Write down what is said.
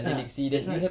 ah that's why